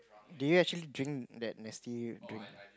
do you actually drink that nasty drink